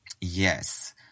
Yes